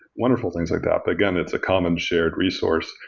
wonderful things like that. but again, it's a common shared resource.